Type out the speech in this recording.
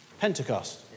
Pentecost